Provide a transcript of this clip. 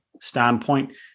standpoint